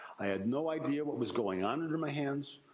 i had no idea what was going on under my hands.